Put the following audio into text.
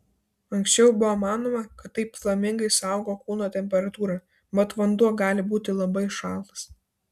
anksčiau buvo manoma kad taip flamingai saugo kūno temperatūrą mat vanduo gali būti labai šaltas